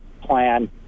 plan